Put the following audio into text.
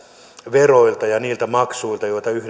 veroilta ja niiltä maksuilta joita